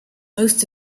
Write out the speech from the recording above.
most